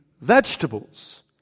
Vegetables